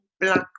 black